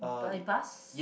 by bus